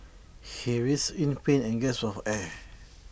he writhed in pain and gasped for air